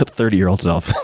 ah thirty year old self.